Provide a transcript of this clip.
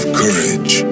courage